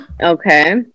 Okay